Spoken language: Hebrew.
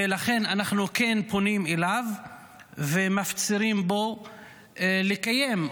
ולכן אנחנו כן פונים אליו ומפצירים בו לקיים,